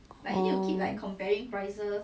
orh